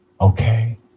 Okay